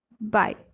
Bye